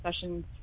sessions